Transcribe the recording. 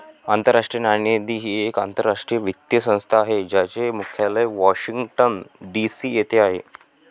आंतरराष्ट्रीय नाणेनिधी ही एक आंतरराष्ट्रीय वित्तीय संस्था आहे ज्याचे मुख्यालय वॉशिंग्टन डी.सी येथे आहे